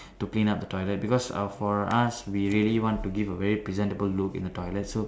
to clean up the toilet because uh for us we really want to give a very presentable look in the toilet so